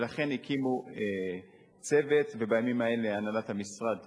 ולכן הקימו צוות, ובימים האלה הנהלת המשרד